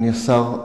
אדוני השר,